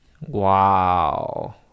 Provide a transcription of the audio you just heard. Wow